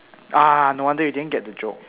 ah no wonder you didn't get the joke